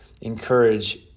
encourage